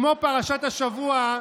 כמו פרשת השבוע,